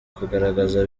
kugaragaza